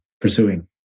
pursuing